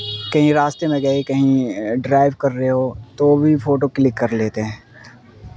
کہیں راستے میں گئے کہیں ڈرائیو کر رہے ہوں تو بھی فوٹو کلک کر لیتے ہیں